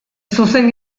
zuzen